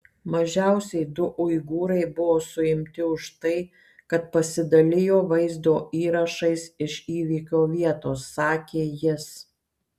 mažiausiai du uigūrai buvo suimti už tai kad pasidalijo vaizdo įrašais iš įvykio vietos sakė jis